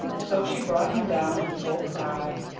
so she brought him down in full cry.